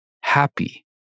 happy